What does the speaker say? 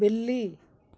बिल्ली